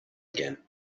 again